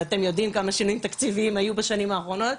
ואתם יודעים כמה שינויים תקציבים היו בשנים האחרונות,